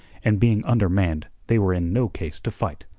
and being undermanned they were in no case to fight.